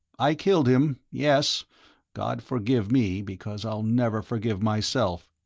i killed him, yes god forgive me, because i'll never forgive myself!